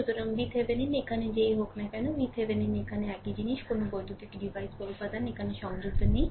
সুতরাং VThevenin এখানে যেই হোক না কেন VThevenin এখানে একই জিনিস কোনও বৈদ্যুতিক ডিভাইস বা উপাদান এখানে সংযুক্ত নেই